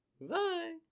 Bye